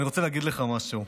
אני רוצה להגיד לך משהו: